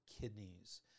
kidneys